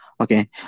Okay